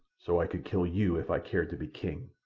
so i could kill you if i cared to be king.